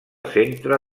centre